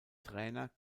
trainer